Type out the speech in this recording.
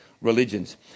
religions